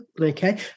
Okay